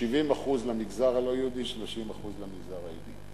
70% למגזר הלא-יהודי, 30% למגזר היהודי.